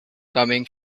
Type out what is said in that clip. coming